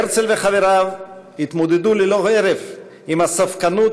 הרצל וחבריו התמודדו ללא הרף עם הספקנות